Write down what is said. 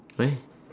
why